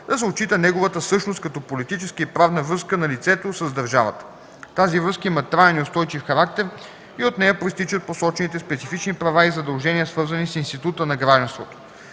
да се отчита неговата същност като политическа и правна връзка на лицето с държавата. Тази връзка има траен и устойчив характер и от нея произтичат посочените специфични права и задължения, свързани с института на гражданството.